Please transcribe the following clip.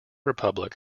republic